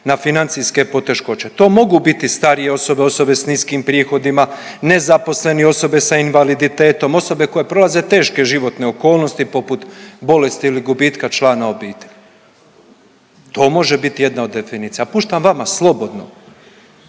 na financijske poteškoće. To mogu biti starije osobe, osobe s niskim prihodima, nezaposleni, osobe sa invaliditetom, osobe koje prolaze teške životne okolnosti poput bolesti ili gubitka člana obitelji. To može biti jedna od definicija. Ja puštam vama slobodno.